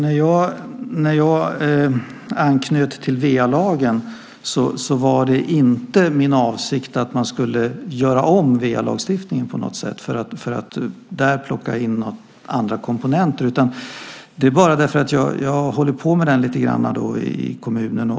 Fru talman! När jag anknöt till VA-lagen var inte avsikten att man skulle göra om den lagstiftningen på något sätt för att där plocka in andra komponenter. Jag har hållit på lite med den i kommunen.